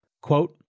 Quote